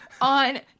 on